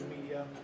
media